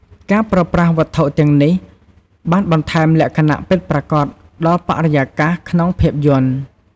ការប្រើប្រាស់វត្ថុទាំងនេះបានបន្ថែមលក្ខណៈពិតប្រាកដដល់បរិយាកាស ក្នុងភាពយន្ត។